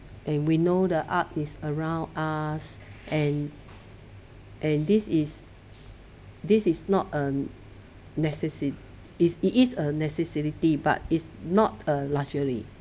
and we know the art is around us and and this is this is not unnecessary it is it is a necessity but is not a luxury